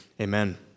Amen